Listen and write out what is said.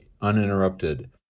uninterrupted